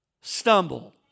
stumble